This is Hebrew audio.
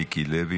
מיקי לוי,